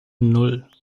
nan